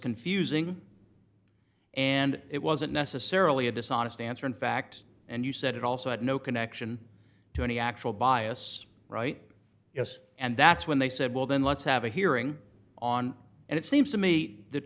confusing and it wasn't necessarily a dishonest answer in fact and you said it also had no connection to any actual bias right yes and that's when they said well then let's have a hearing on and it seems to me th